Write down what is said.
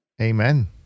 Amen